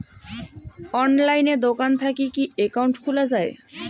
অনলাইনে দোকান থাকি কি একাউন্ট খুলা যায়?